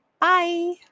Bye